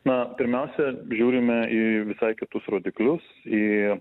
na pirmiausia žiūrime į visai kitus rodiklius į